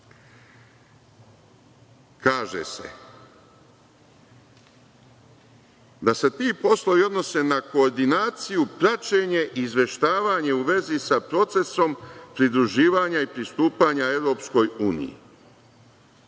se da se ti poslovi odnose na koordinaciju, praćenje, izveštavanje u vezi sa procesom pridruživanja i pristupanja Evropskoj uniji.